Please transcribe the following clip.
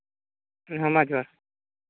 ᱦᱮᱸ ᱢᱟ ᱡᱚᱦᱟᱨ